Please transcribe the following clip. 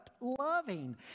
loving